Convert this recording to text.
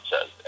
says